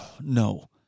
no